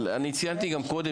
אבל אני ציינתי גם קודם,